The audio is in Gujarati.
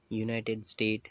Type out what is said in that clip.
United state